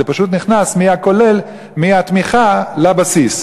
זה פשוט נכנס מהתמיכה לבסיס.